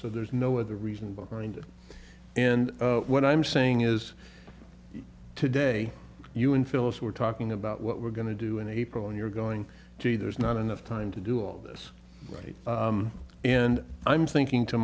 so there's no other reason behind it and what i'm saying is today you and phyllis were talking about what we're going to do in april and you're going to there's not enough time to do all this right and i'm thinking to